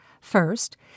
First